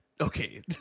Okay